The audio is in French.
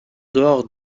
dehors